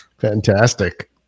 fantastic